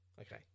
Okay